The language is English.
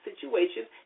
situations